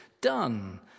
done